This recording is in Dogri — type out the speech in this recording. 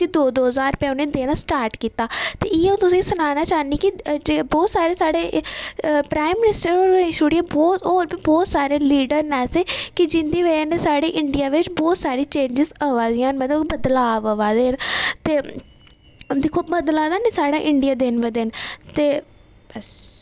की दौ दौ ज्हार रपेआ उनेंगी देना स्टॉर्ट कीता ते इयै तुसेंगी सनानां चाह्न्नी कि बहोत सारे साढ़े होर प्राईम मिनीस्टर होरें गी छुड़ियै बहोत होर बी बहोत न कि जिंदी बजह कन्नै साढ़े इंडिया बिच बहोत सारे चेंजेंस आवा दे न ते मतलब कि बदलाव आवा दे न ते हून दिक्खो बदला दा ना साढ़ा इंडिया डघळअघओ़ दिन ब दिन ते बस